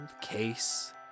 Case